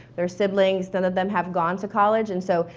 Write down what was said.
their siblings, none of them have gone to college. and so,